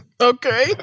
Okay